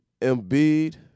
Embiid